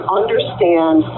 understand